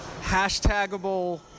hashtagable